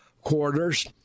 quarters